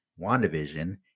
WandaVision